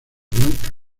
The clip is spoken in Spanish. blancas